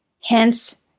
Hence